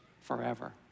forever